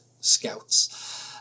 Scouts